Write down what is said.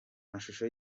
mashusho